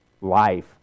life